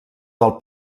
del